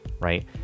right